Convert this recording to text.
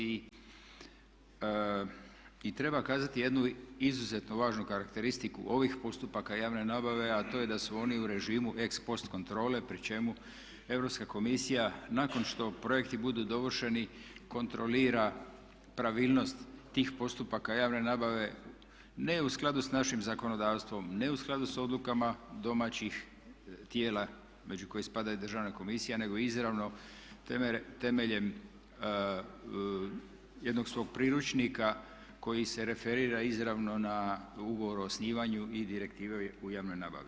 Treba kazati jednu izuzetno važnu karakteristiku ovih postupaka javne nabave, a to je da su oni u režimu ex post kontrole pri čemu Europska komisija nakon što projekti budu dovršeni kontrolira pravilnost tih postupaka javne nabave ne u skladu s našim zakonodavstvom, ne u skladu s odlukama domaćih tijela među koje spada i Državna komisija nego izravno temeljem jednog svog priručnika koji se referira izravno na ugovor o osnivanju i direktive u javnoj nabavi.